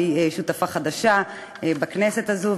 שהיא שותפה חדשה בכנסת הזאת,